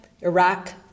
Iraq